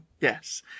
Yes